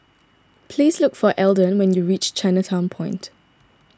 please look for Elden when you reach Chinatown Point